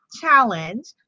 challenge